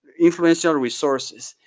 informational resources,